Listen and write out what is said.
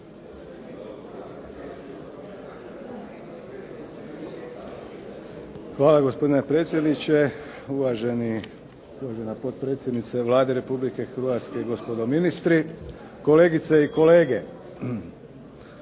Hvala gospodine predsjedniče. Uvažena potpredsjednice Vlade Republike Hrvatske, gospodo ministri, kolegice i kolege.